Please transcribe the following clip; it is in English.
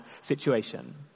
situation